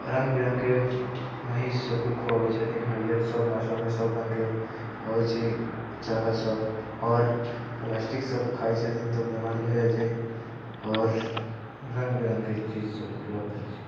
रङ्ग बिरङ्गके महींष सबके खुअबै छथिन हरियर सब मौसममे सब रङ्गके अबै छै चारा सब आओर प्लास्टिक सब खाइ छथिन तऽ बीमारी भऽ जाइ छै आओर रङ्ग बिरङ्गके चीज सब उपलब्ध होइ छै